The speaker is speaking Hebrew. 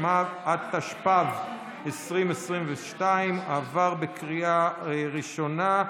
התשפ"ב 2022, עברה בקריאה ראשונה,